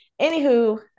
Anywho